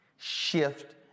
Shift